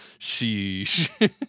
sheesh